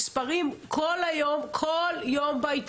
המספרים כל יום בעיתון,